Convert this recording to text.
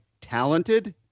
talented